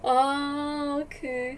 oh okay